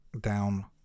down